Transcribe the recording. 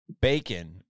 Bacon